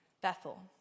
Bethel